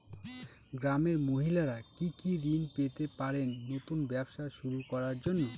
গ্রামের মহিলারা কি কি ঋণ পেতে পারেন নতুন ব্যবসা শুরু করার জন্য?